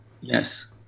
Yes